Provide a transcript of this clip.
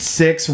six